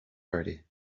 party